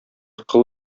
кыл